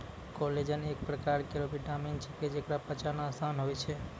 collagen एक परकार केरो विटामिन छिकै, जेकरा पचाना आसान होय छै